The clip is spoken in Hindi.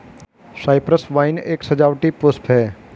साइप्रस वाइन एक सजावटी पुष्प है